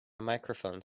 microphone